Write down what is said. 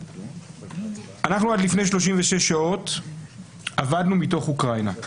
עד לפני 36 שעות עבדנו מתוך אוקראינה,